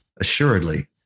Assuredly